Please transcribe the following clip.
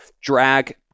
drag